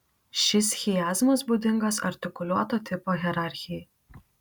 šis chiazmas būdingas artikuliuoto tipo hierarchijai